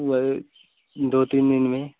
वही दो तीन दिन में